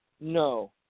No